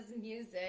music